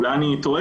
אולי אני טועה,